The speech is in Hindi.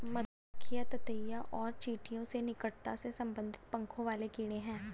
मधुमक्खियां ततैया और चींटियों से निकटता से संबंधित पंखों वाले कीड़े हैं